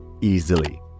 easily